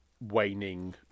waning